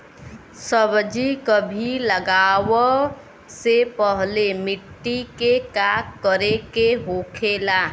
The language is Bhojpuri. सब्जी कभी लगाओ से पहले मिट्टी के का करे के होखे ला?